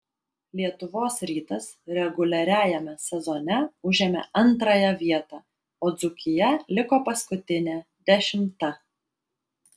lietuvos rytas reguliariajame sezone užėmė antrąją vietą o dzūkija liko paskutinė dešimta